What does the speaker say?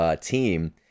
team